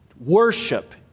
worship